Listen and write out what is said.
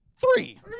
three